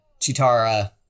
Chitara